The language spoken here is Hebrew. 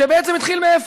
שבעצם התחיל מאפס,